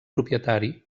propietari